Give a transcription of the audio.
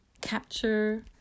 capture